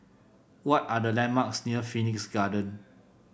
what are the landmarks near Phoenix Garden